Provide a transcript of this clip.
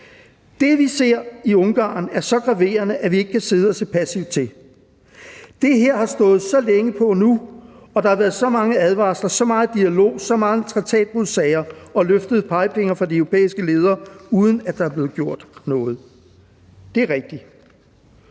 »Det, vi ser i Ungarn, er så graverende, at vi ikke kan sidde og se passivt til. Det her har stået på så længe nu, og der har været så mange advarsler, så megen dialog, så mange traktatbrudssager og løftede pegefingre fra europæiske ledere, uden at der er blevet gjort noget.« Det er rigtigt.